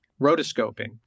rotoscoping